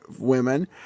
women